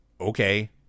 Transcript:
Okay